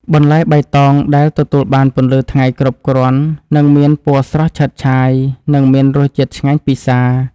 បន្លែបៃតងដែលទទួលបានពន្លឺថ្ងៃគ្រប់គ្រាន់នឹងមានពណ៌ស្រស់ឆើតឆាយ និងមានរសជាតិឆ្ងាញ់ពិសា។